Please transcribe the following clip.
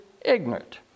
ignorant